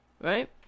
right